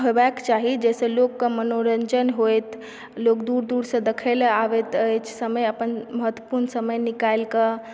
हेबाक चाही जैसऽ लोकके मनोरञ्जन होयत लोक दूर दूरसऽ देखै ले आबैत अछि समय अपन महत्त्वपूर्ण समय निकालिके